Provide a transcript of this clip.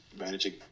managing